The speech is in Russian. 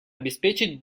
обеспечить